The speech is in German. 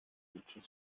images